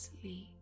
sleep